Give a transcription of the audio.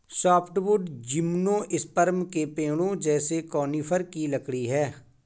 softwood gymnosperm के पेड़ों जैसे कॉनिफ़र की लकड़ी है